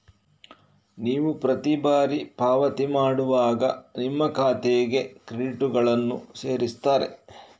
ನೀವು ಪ್ರತಿ ಬಾರಿ ಪಾವತಿ ಮಾಡುವಾಗ ನಿಮ್ಮ ಖಾತೆಗೆ ಕ್ರೆಡಿಟುಗಳನ್ನ ಸೇರಿಸ್ತಾರೆ